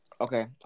Okay